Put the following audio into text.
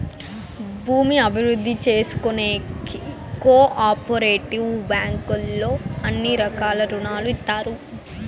భూమి అభివృద్ధి చేసుకోనీకి కో ఆపరేటివ్ బ్యాంకుల్లో అన్ని రకాల రుణాలు ఇత్తారు